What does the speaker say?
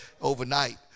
overnight